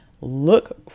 look